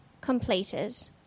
completed